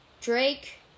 Drake